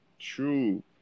True